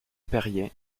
perier